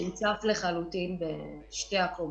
שהוצף לחלוטין בשתי הקומות.